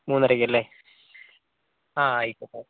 മൂന്നരയ്ക്കല്ലേ ആ ആയിക്കോട്ടെ